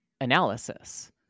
analysis